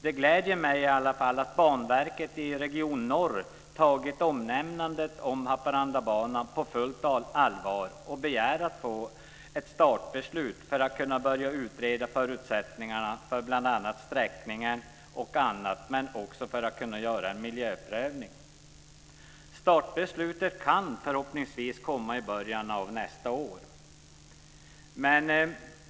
Det gläder mig i alla fall att Banverket i Region Norr tagit omnämnandet av Haparandabanan på fullt allvar och begärt att få ett startbeslut för att kunna börja utreda förutsättningarna bl.a. för sträckningen och för att kunna göra en miljöprövning. Startbeslutet kan förhoppningsvis komma i början av nästa år.